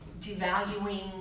devaluing